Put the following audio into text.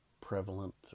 prevalent